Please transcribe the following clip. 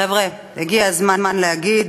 חבר'ה, הגיע הזמן להגיד